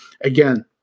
again